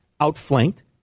outflanked